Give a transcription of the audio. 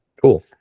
Cool